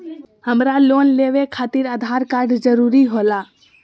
हमरा लोन लेवे खातिर आधार कार्ड जरूरी होला?